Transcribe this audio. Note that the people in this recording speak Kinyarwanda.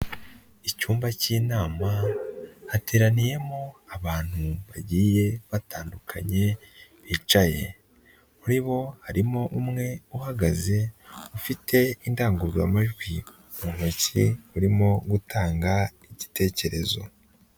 Icyumba cy'inama hateraniyemo abantu bagiye batandukanye bicaye, muri bo harimo umwe uhagaze ufite indangururamajwi mu ntoki urimo gutanga igitekerezo.